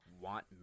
want